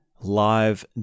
live